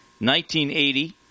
1980